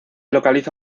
localiza